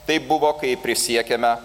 tai buvo kai prisiekėme